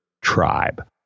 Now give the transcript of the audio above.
tribe